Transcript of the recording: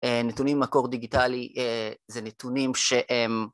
נתונים מקור דיגיטלי זה נתונים שהם